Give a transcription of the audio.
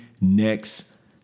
next